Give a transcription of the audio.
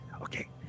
Okay